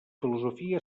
filosofia